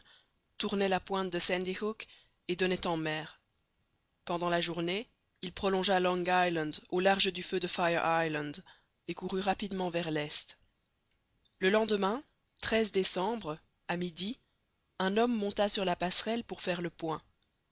tournait la pointe de sandy hook et donnait en mer pendant la journée il prolongea long island au large du feu de fire island et courut rapidement vers l'est le lendemain décembre à midi un homme monta sur la passerelle pour faire le point